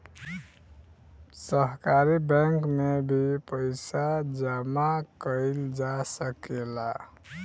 सहकारी बैंक में भी पइसा जामा कईल जा सकेला